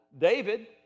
David